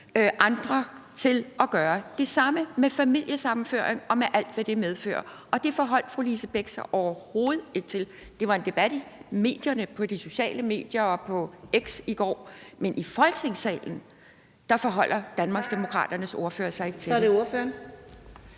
andre til at gøre det samme med familiesammenføring og alt, hvad det medfører, og det forholdt fru Lise Bech sig overhovedet ikke til. Det var en debat i medierne, på de sociale medier og på X i går, men i Folketingssalen forholder Danmarksdemokraternes ordfører sig ikke til det.